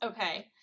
Okay